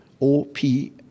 O-P